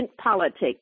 Politics